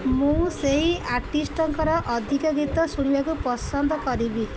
ମୁଁ ସେହି ଆର୍ଟିଷ୍ଟ୍ଙ୍କର ଅଧିକ ଗୀତ ଶୁଣିବାକୁ ପସନ୍ଦ କରିବି